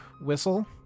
whistle